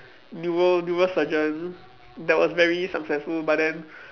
neuro~ neurosurgeon that was very successful but then